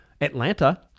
Atlanta